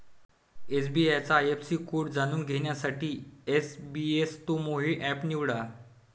SBI चा IFSC code जाणून घेण्यासाठी एसबइस्तेमहो एप निवडा